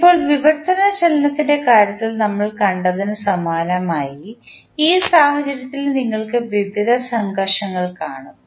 ഇപ്പോൾ വിവർത്തന ചലനത്തിൻറെ കാര്യത്തിൽ നമ്മൾ കണ്ടതിന് സമാനമായി ഈ സാഹചര്യത്തിലും നിങ്ങൾക്ക് വിവിധ സംഘർഷങ്ങൾ കാണും